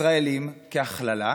ישראלים, כהכללה,